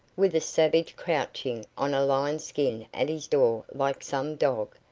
with a savage crouching on a lion-skin at his door like some dog.